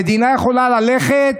המדינה יכולה ללכת,